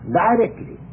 directly